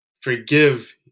forgive